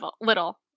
little